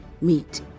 meet